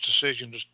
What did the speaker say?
decision